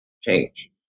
change